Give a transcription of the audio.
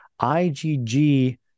IgG